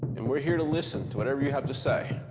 and we're here to listen to whatever you have to say.